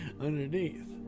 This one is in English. Underneath